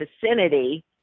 vicinity